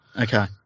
Okay